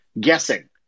guessing